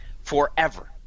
forever